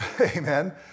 Amen